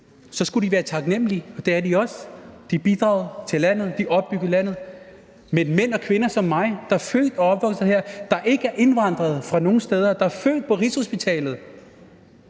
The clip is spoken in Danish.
skulle de være taknemlige, og det er de også. De bidrager til landet, og de opbyggede landet. Men mænd og kvinder som mig, der er født og opvokset her og ikke er indvandret fra nogen steder – der er født på Rigshospitalet